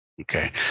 Okay